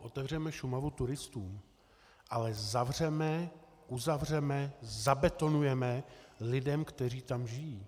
Otevřeme Šumavu turistům, ale uzavřeme, zabetonujeme lidem, kteří tam žijí.